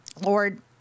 Lord